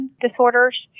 disorders